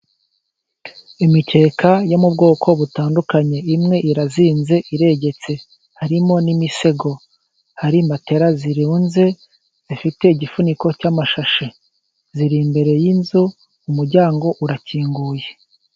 Imikeka yo mu bwoko butandukanye, imwe irazinze iregetse harimo n'imisego, hari matera zirunze zifite igifuniko cy'amashashi, ziri imbere y'inzu umuryango urakinguye.